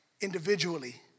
individually